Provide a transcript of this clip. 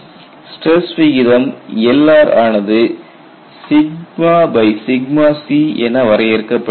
stress விகிதம் Lr ஆனது c என வரையறுக்கப்படுகிறது